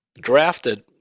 drafted